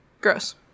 Gross